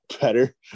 better